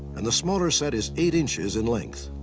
and the smaller set is eight inches in length.